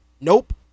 Nope